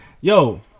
Yo